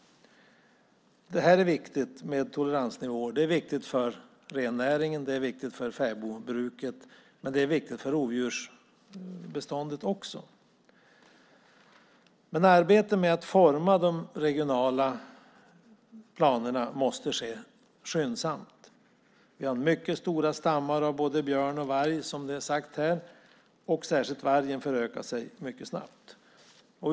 Det är viktigt med toleransnivåer. Det är viktigt för rennäringen och för fäbodbruket, men det är också viktigt för rovdjursbeståndet. Arbetet med att utforma de regionala planerna måste ske skyndsamt. Vi har mycket stora stammar av både björn och varg, som sagts här, och särskilt vargen förökar sig mycket snabbt.